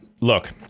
Look